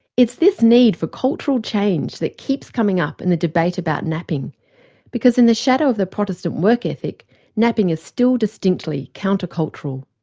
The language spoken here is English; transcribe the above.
it's this need for cultural change that keeps coming up in the debate about napping because in the shadow of the protestant work ethic napping is still distinctly counter-cultural.